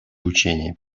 учения